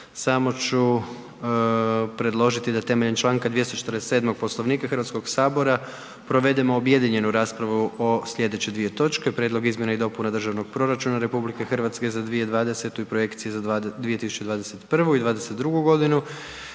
samo ću predložiti da temeljem čl. 247. Poslovnika HS provedemo objedinjenu raspravu o slijedeće dvije točke: - Prijedlog izmjena i dopuna Državnog proračuna RH za 2020. i projekcije za 2021. i '22.g.